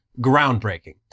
groundbreaking